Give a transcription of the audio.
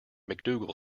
macdougall